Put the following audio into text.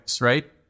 right